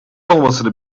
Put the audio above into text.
olmasını